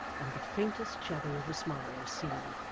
and the faintest shadow of a smile was seen.